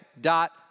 dot